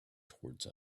towards